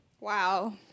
Wow